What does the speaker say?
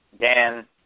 Dan